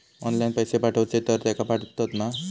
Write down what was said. Online पैसे पाठवचे तर तेका पावतत मा?